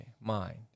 mind